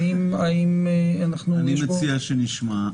האם --- אני מציע שנשמע.